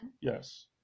Yes